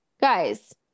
guys